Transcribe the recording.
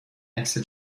عکس